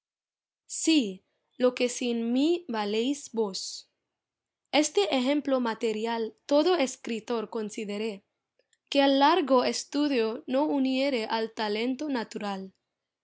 sí lo que sin mí valéis vos este ejemplo material todo escritor considere que el largo estudio no uniere al talento natural